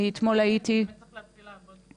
אז בהחלט צריך להתחיל לעבוד.